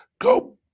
Go